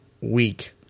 week